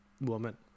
woman